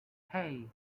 hey